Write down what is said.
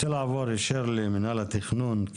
אני רוצה לעבור למנהל התכנון.